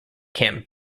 camp